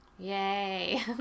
Yay